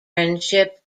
friendship